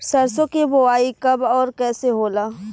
सरसो के बोआई कब और कैसे होला?